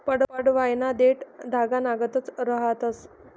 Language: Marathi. पडवयना देठं धागानागत रहातंस